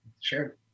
Sure